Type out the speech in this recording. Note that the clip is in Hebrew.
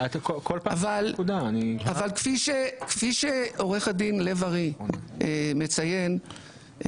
אבל כפי שעוה"ד לב ארי מציין,